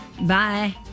bye